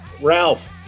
Ralph